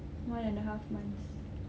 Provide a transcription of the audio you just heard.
one and the half months